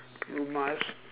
you must